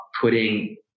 putting